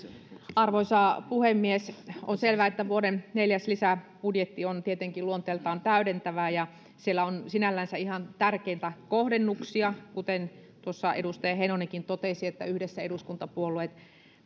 arvoisa puhemies on selvää että vuoden neljäs lisäbudjetti on tietenkin luonteeltaan täydentävä ja siellä on sinänsä ihan tärkeitä kohdennuksia kuten edustaja heinonenkin totesi yhdessä eduskuntapuolueet